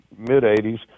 mid-'80s